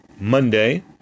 Monday